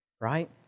Right